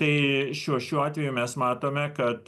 tai šiuo šiuo atveju mes matome kad